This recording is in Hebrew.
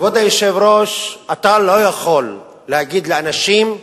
כבוד היושב-ראש, אתה לא יכול להגיד לאנשים: